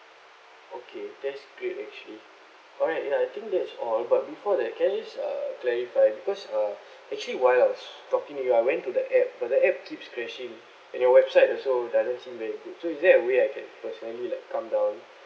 okay that's great actually correct ya I think that's all but before that can I just uh clarify because uh actually while I was talking you I went to the app but the app keeps crashing and your website also doesn't seem very good so is there a way I can personally like come down